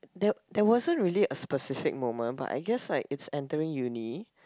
that there wasn't really a specific moment but I guess it's like entering uni